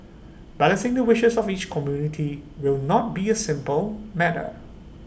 balancing the wishes of each community will not be A simple matter